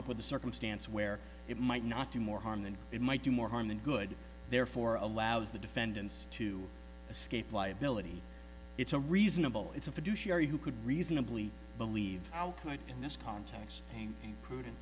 up with a circumstance where it might not do more harm than it might do more harm than good therefore allows the defendants to escape liability it's a reasonable it's a fiduciary who could reasonably believe output in this context and prude